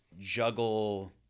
juggle